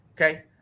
okay